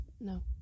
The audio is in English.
no